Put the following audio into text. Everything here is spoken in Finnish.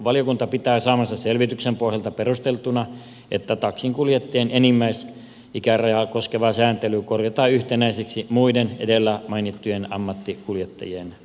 valiokunta pitää saamansa selvityksen pohjalta perusteltuna että taksinkuljettajien enimmäisikärajaa koskeva sääntely korjataan yhtenäiseksi muiden edellä mainittujen ammattikuljettajien kanssa